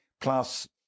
plus